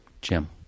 Jim